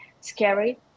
scary